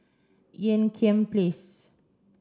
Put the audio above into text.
Ean Kiam Place